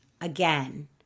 again